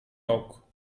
yok